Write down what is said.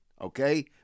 okay